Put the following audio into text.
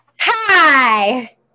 Hi